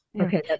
okay